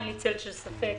אין לי צל ספק